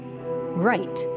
Right